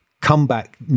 comeback